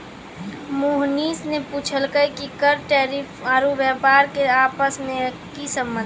मोहनीश ने पूछलकै कि कर टैरिफ आरू व्यापार के आपस मे की संबंध छै